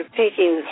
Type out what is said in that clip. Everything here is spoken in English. taking